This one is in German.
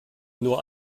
nur